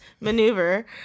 maneuver